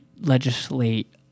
legislate